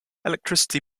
electricity